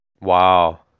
Wow